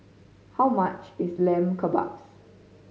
how much is Lamb Kebabs